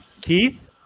Keith